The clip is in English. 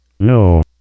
No